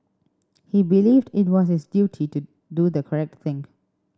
he believed it was his duty to do the correct thing